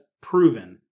proven